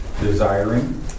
desiring